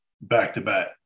back-to-back